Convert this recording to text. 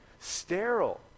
sterile